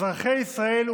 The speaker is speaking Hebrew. אזרחי ישראל,